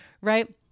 right